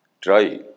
try